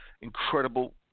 incredible